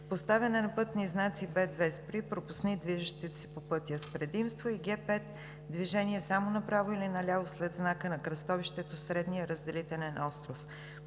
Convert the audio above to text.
поставяне на пътни знаци „Б2“ – спри, пропусни движещите се по пътя с предимство; и „Г5“ – движение само направо или наляво след знака на кръстовището в средния разделителен остров;